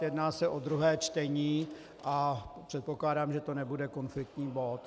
Jedná se o druhé čtení a předpokládám, že to nebude konfliktní bod.